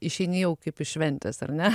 išeini jau kaip iš šventės ar ne